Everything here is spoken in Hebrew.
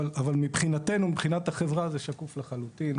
מבחינת החברה זה שקוף לחלוטין.